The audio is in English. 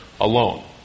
alone